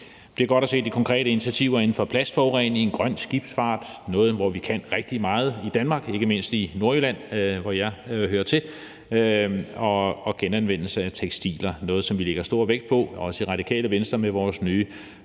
Det er godt at se de konkrete initiativer inden for plastforurening, grøn skibsfart – et område, hvor vi kan rigtig meget i Danmark, ikke mindst i Nordjylland, hvor jeg hører til – og genanvendelse af tekstiler, hvilket er noget, som vi også lægger vægt på i Radikale Venstre med vores nye